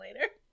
later